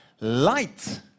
Light